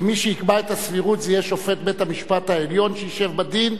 כי מי שיקבע את הסבירות יהיה שופט בית-המשפט העליון שישב בדין,